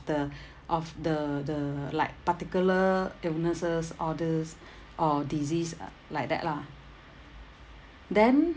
the of the the like particular illnesses all these or disease uh like that lah then